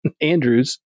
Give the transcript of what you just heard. Andrews